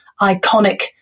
iconic